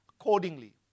accordingly